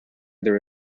there